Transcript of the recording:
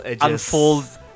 unfolds